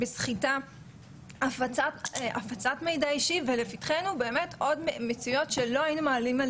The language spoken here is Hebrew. כשדמות אווטאר גברית ממש פגעה מינית בדמות האווטאר שלהן,